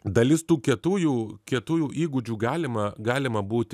dalis tų kietųjų kietųjų įgūdžių galima galima būti